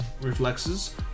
reflexes